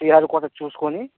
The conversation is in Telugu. శ్రీహరికోట చూసుకొని